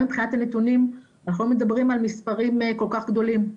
מבחינת הנתונים אנחנו לא מדברים על מספרים כל כך גדולים.